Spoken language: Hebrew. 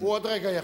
הוא עוד רגע יחזור,